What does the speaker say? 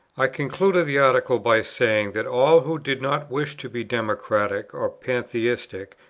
i concluded the article by saying, that all who did not wish to be democratic, or pantheistic,